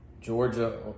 Georgia